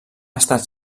estat